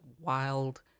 wild